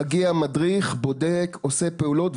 מגיע מדריך בודק ועושה פעולות.